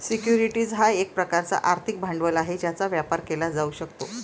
securities हा एक प्रकारचा आर्थिक भांडवल आहे ज्याचा व्यापार केला जाऊ शकतो